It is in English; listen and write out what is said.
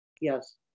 Yes